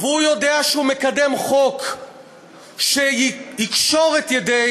והוא יודע שהוא מקדם חוק שיקשור את ידי